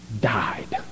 died